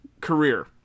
career